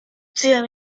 przyjął